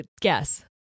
Guess